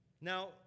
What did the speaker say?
Now